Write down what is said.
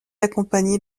accompagné